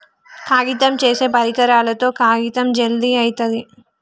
కాగితం చేసే పరికరాలతో కాగితం జల్ది అయితది